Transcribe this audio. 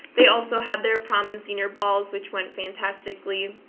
they also had their prom and seniors balls, which went fantastically.